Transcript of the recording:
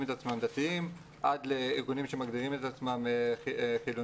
את עצמם דתיים עד לארגונים שמגדירים את עצמם חילוניים,